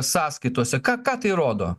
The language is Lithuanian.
sąskaitose ką ką tai rodo